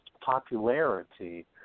popularity